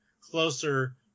closer